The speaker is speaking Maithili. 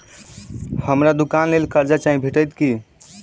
हमरा दुकानक लेल कर्जा चाहि भेटइत की?